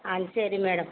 ஹா சரி மேடம்